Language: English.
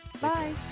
Bye